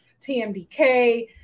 TMDK